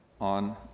on